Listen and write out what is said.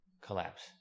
collapse